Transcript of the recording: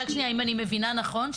אם אני מבינה נכון,